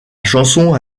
chanson